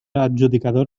adjudicador